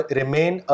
remain